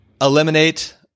eliminate